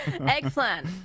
Eggplant